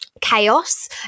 chaos